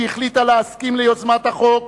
שהחליטה להסכים ליוזמת החוק,